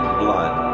blood